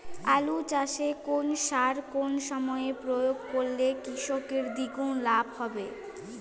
আলু চাষে কোন সার কোন সময়ে প্রয়োগ করলে কৃষকের দ্বিগুণ লাভ হবে?